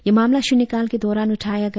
यह मामला शुन्यकाल के दौरान उठाया गया